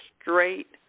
straight